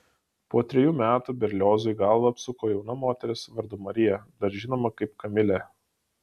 po trejų metų berliozui galvą apsuko jauna moteris vardu marija dar žinoma kaip kamilė